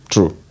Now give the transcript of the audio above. True